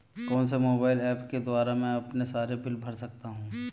कौनसे mobile apps के द्वारा मैं अपने सारे बिल भर सकता हूं?